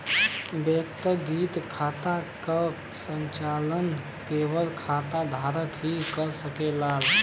व्यक्तिगत खाता क संचालन केवल खाता धारक ही कर सकला